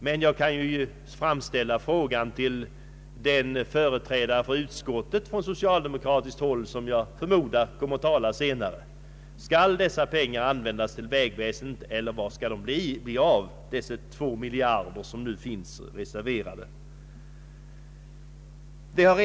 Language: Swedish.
Men jag kan ju framställa frågan till den företrädare för utskottet från socialdemokratiskt håll som jag förmodar kommer att tala senare. Skall dessa pengar användas till vägväsendet, eller vad skall det bli av de två miljarder kronor som nu finns reserverade?